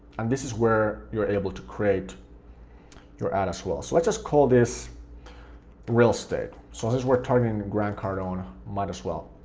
and this is where you're able to create your ad as well. so let's just call this real estate, so as long as we're targeting grant cardone, might as well.